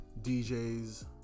dj's